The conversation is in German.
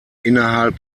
innerhalb